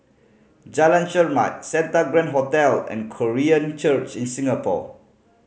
Jalan Chermat Santa Grand Hotel and Korean Church in Singapore